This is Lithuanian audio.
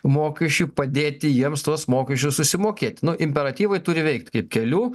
mokesčių padėti jiems tuos mokesčius susimokėti nu imperatyvai turi veikti kaip kelių